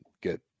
good